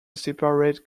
separate